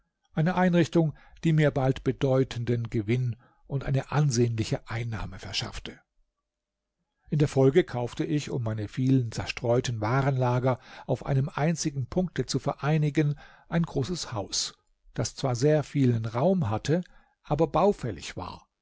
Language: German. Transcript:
eine einrichtung die mir bald bedeutenden gewinn und eine ansehnliche einnahme verschaffte in der folge kaufte ich um meine vielen zerstreuten warenlager auf einem einzigen punkte zu vereinigen ein großes haus das zwar sehr vielen raum hatte aber baufällig war